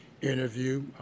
interview